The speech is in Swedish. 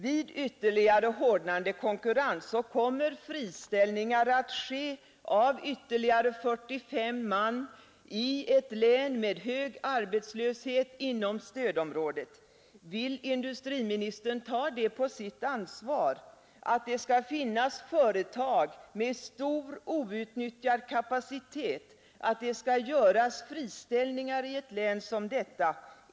Vid ytterligare hårdnande konkurrens kommer friställningar att ske av ytterligare 45 man i ett län med hög arbetslöshet inom stödområdet. Vill industriministern ta på sitt ansvar att det skall finnas företag med stor outnyttjad kapacitet och att det skall göras friställningar i ett län som detta?